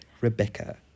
Rebecca